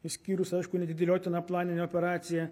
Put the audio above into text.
išskyrus aišku neatidėliotina planinė operacija